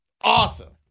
Awesome